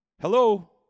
Hello